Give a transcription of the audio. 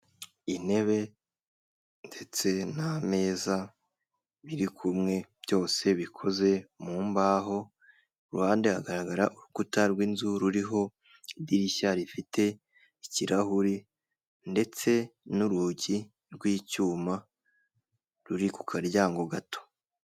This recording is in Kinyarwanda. Intebe ndetse n'ameza birikumwe byose bikoze m'imbaho kuhande hagaragara urukuta rw'inzu ruriho idirishya rifite ikirahure ndetse n'urugi rw'icyuma ruri ku karyango gato.